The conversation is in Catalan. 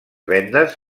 vendes